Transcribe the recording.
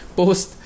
post